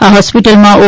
આ હ્રોસ્પિટલમાં ઓ